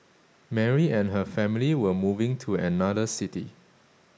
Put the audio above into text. Mary and her family were moving to another city